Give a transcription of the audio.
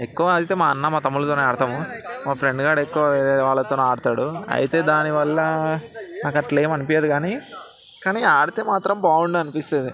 ఎక్కువ అయితే మా అన్న మా తమ్ముళ్ళతోనే ఆడతాము మా ఫ్రెండ్ గాడు ఎక్కువ వేరే వాళ్ళతోని ఆడతాడు అయితే దాని వల్ల నాకట్ల ఏం అనిపించదు కానీ కానీ ఆడితే మాత్రం బాగుండు అనిపిస్తుంది